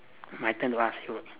my turn to ask you